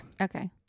Okay